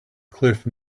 cliff